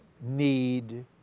need